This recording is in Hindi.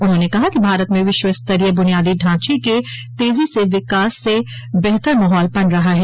उन्होंने कहा कि भारत में विश्वस्तरीय बुनियादी ढांचे के तेजी से विकास से बेहतर माहौल बन रहा है